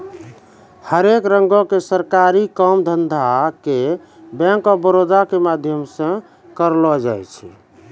हरेक रंगो के सरकारी काम धंधा के बैंक आफ बड़ौदा के माध्यमो से करलो जाय छै